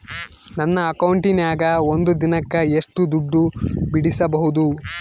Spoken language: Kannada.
ನನ್ನ ಅಕೌಂಟಿನ್ಯಾಗ ಒಂದು ದಿನಕ್ಕ ಎಷ್ಟು ದುಡ್ಡು ಬಿಡಿಸಬಹುದು?